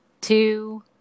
two